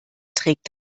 trägt